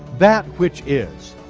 that which is.